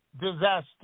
disaster